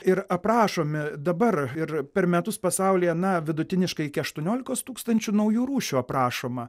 ir aprašomi dabar ir per metus pasaulyje na vidutiniškai iki aštuoniolikos tūkstančių naujų rūšių aprašoma